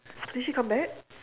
did she come back